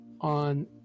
on